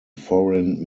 foreign